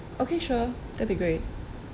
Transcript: okay sure that'll be great